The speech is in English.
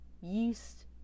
yeast